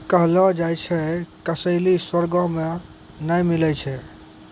कहलो जाय छै जे कसैली स्वर्गो मे नै मिलै छै